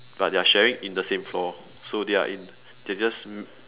but they're sharing in the same floor so they are in they're just